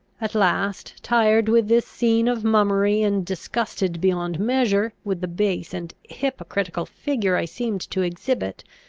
at last, tired with this scene of mummery, and disgusted beyond measure with the base and hypocritical figure i seemed to exhibit,